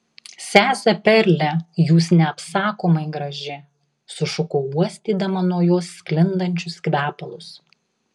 sese perle jūs neapsakomai graži sušukau uostydama nuo jos sklindančius kvepalus